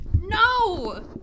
No